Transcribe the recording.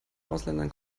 ausländern